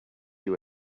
you